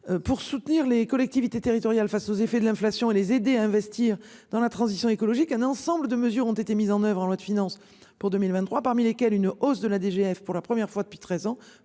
pour soutenir les collectivités territoriales face aux effets de l'inflation et les aider à investir dans la transition écologique, un ensemble de mesures ont été mises en oeuvre en loi de finances pour 2023, parmi lesquels une hausse de la DGF pour la première fois depuis 13 ans,